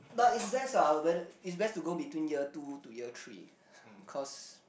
but is best ah is best to go between year two to year three because